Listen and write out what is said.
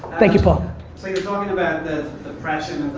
thank you, paul. so you talking about the pressure,